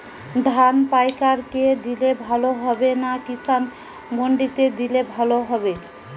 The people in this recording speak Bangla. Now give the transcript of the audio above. ধান পাইকার কে দিলে ভালো হবে না কিষান মন্ডিতে দিলে ভালো হবে?